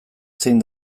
zein